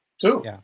Two